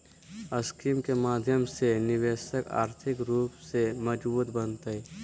scheme के माध्यम से निवेशक आर्थिक रूप से मजबूत बनतय